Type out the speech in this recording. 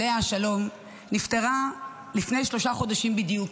עליה השלום, נפטרה לפני שלושה חודשים בדיוק.